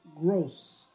gross